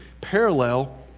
parallel